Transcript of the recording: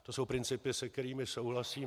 To jsou principy, se kterými souhlasím.